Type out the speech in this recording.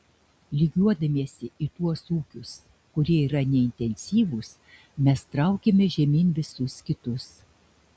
lygiuodamiesi į tuos ūkius kurie yra neintensyvūs mes traukiame žemyn visus kitus